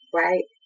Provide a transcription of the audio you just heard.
right